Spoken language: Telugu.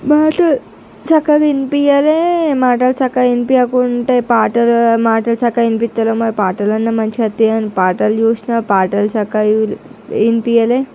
బడ్ చక్కగా వినిపించలేదు మాటలు చక్కగా వినిపించకుంటే పాటలు మాటలు చక్కగా వినిపించట్లే పాటలన్నా మంచిగా వస్తాయి అని పాటలు చూసిన పాటలు చక్కగా వినిపించలేదు